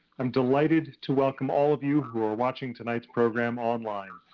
i'm delighted to welcome all of you who are watching tonight's program online,